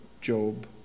Job